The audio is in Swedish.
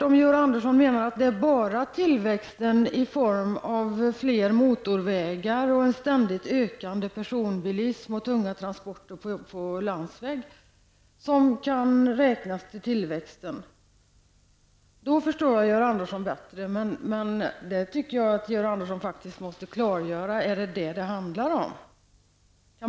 Om Georg Andersson menar att det är bara tillväxten i form av fler motorvägar och en ständigt ökande privatbilism och tunga transporter på landsväg som räknas förstår jag Georg Anderssons uttalande bättre. Men är det det det handlar om? Det tycker jag att Georg Andersson faktiskt måste klargöra.